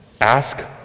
ask